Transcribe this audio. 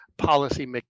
policy